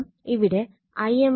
അതിനാൽ ഇത് cos 90 ∅0